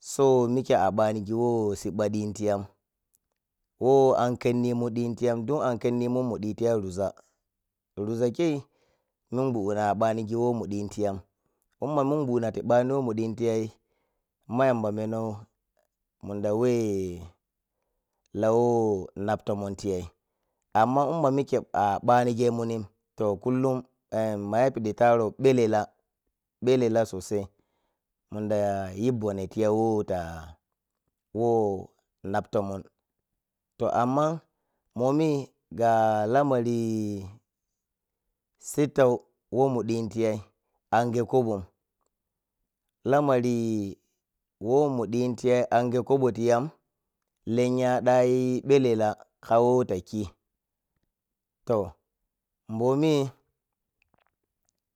So mike a ɓanigin who siɓɓan ɗhi ti yan who ankhennimun ɗ hintiyan dun ankhennimun mu ɗhitiya ruza ruza khei munguɗɗina a ɓanigi whon muɗitiyan um ma munguɗɗina ta ɓani when la whon naptomon tiyay amma umma mike abanigemunin toh kullum em ma yapiɗi tarou ɓelela ɓelela sosai mundayi bone tiya who ta whom nap tomon toh amman momi ga lamari sittau who mun ɗhitiyay ange kobon lamari who munɗti hyay ange kobo tiyan, lenya ɗhayi ɓelela ka whotakti to bomi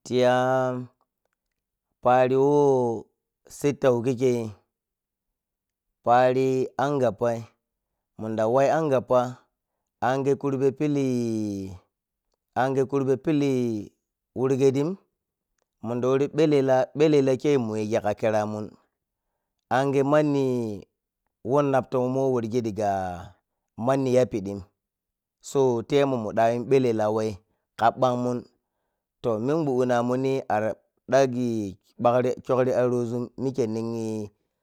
tiya pari who sittau kikkei ari ane pari angapppai munda wayi angappa angige kurbe pili ange kurbe pili wurgeddin munda wuryi ɓelela ɓelela kei muyigi ka kiramun ange manni whoo nap tomon who warki daga manni yapidin so temo muɗayi ɓelela whei ka ɓang mun toh minguɗɗinamunni ara dogi ɓarri kyaugri urozun mike ninyi.